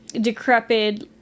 decrepit